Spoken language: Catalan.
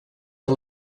que